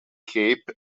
cape